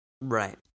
Right